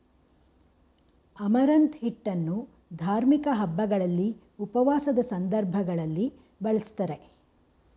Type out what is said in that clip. amaranth ಹಿಟ್ಟನ್ನು ಧಾರ್ಮಿಕ ಹಬ್ಬಗಳಲ್ಲಿ, ಉಪವಾಸದ ಸಂದರ್ಭಗಳಲ್ಲಿ ಬಳ್ಸತ್ತರೆ